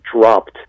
dropped